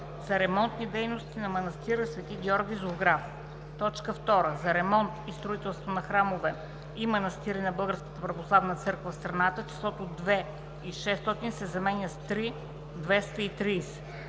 за ремонтни дейности на манастира „Св. Георги Зограф“. 2. т. 2 За ремонт и строителство на храмове и манастири на Българската православна църква в страната числото „2 600,0“ се заменя с „3 230,0“